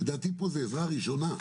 לדעתי פה זה עזרה ראשונה.